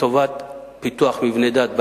לטובת פיתוח מבני דת.